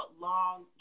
long